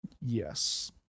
Yes